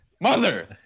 mother